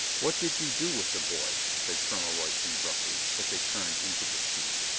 what did you do with the boy? said colonel royston gruffly, as they turned into the street.